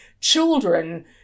children